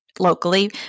locally